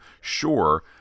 sure